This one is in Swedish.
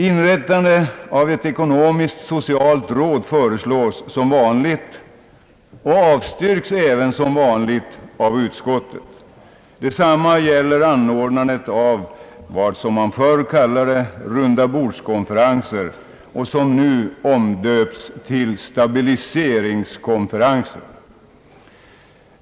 Inrättande av ett ekonomiskt-socialt råd föreslås som vanligt och avstyrks även som vanligt av utskottet. Detsamma gäller anordnande av vad som förr kallades rundabordskonferenser och som nu omdöpts till stabiliseringskonferenser.